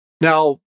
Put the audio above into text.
Now